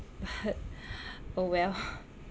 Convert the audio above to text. oh well